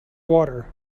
water